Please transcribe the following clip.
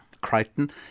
Crichton